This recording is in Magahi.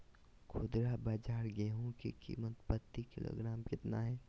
खुदरा बाजार गेंहू की कीमत प्रति किलोग्राम कितना है?